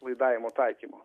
laidavimo taikymo